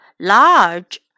Large